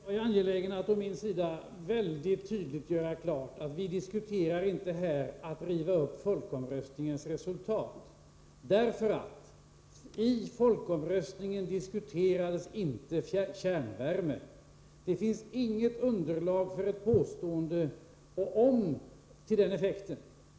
Herr talman! Jag är angelägen att å min sida väldigt tydligt göra klart att jag inte syftar till att riva upp folkomröstningens resultat, därför att i samband med folkomröstningen diskuterades inte kärnvärme.